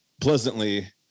pleasantly